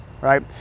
right